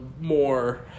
more